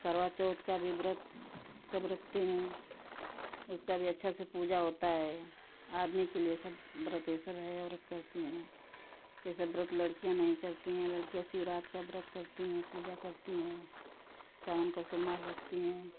करवा चौथ का भी व्रत सब रखते हैं उसका भी अच्छा से पूजा होता है आदमी के लिए सब व्रत ए सब है औरत करती हैं ये सब व्रत लड़कियाँ नहीं करती हैं लड़कियाँ शिवरात्री का व्रत करती हैं पूजा करती हैं सावन का सोमवार भूखती हैं